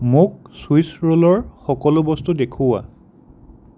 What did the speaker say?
মোক চুইছ ৰোলৰ সকলো বস্তু দেখুওৱা